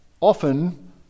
often